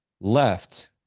left